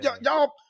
y'all